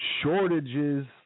shortages